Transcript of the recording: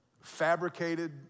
fabricated